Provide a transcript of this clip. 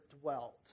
dwelt